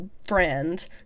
friend